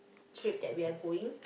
trip that we are going